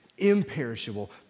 imperishable